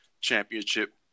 championship